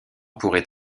pourrait